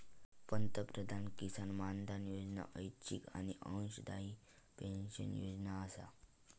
पंतप्रधान किसान मानधन योजना ऐच्छिक आणि अंशदायी पेन्शन योजना आसा